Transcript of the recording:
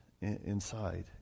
inside